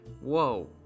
whoa